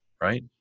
right